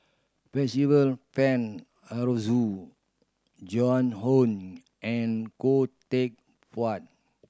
Percival Frank Aroozoo Joan Hon and Khoo Teck Puat